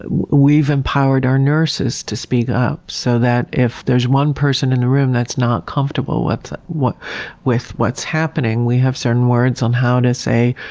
we've empowered our nurses to speak up. so if there's one person in the room that's not comfortable with what's with what's happening, we have certain words on how to say,